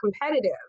competitive